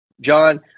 John